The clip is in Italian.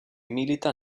milita